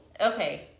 Okay